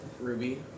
Ruby